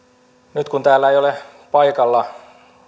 nyt kun täällä ei ole paikalla